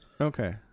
okay